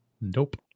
Nope